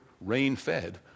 rain-fed